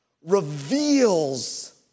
reveals